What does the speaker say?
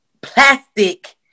plastic